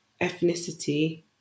ethnicity